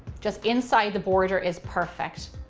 just inside the border is perfect.